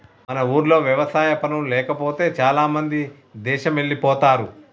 మన ఊర్లో వ్యవసాయ పనులు లేకపోతే చాలామంది దేశమెల్లిపోతారు